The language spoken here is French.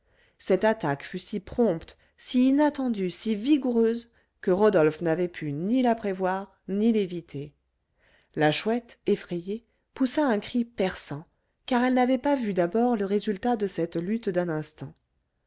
cette attaque fut si prompte si inattendue si vigoureuse que rodolphe n'avait pu ni la prévoir ni l'éviter la chouette effrayée poussa un cri perçant car elle n'avait pas vu d'abord le résultat de cette lutte d'un instant